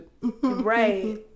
Right